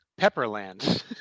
Pepperland